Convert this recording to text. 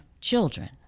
children